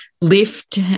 lift